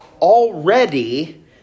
already